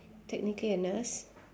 technically a nurse